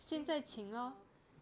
orh